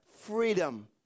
freedom